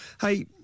Hey